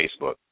Facebook